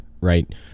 right